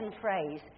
phrase